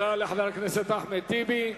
תודה לחבר הכנסת אחמד טיבי.